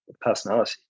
personality